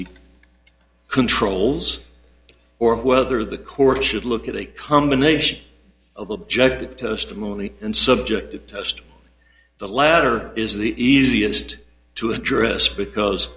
y controls or whether the court should look at a combination of objective testimony and subjective test the latter is the easiest to address because